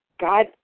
God